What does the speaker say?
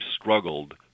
struggled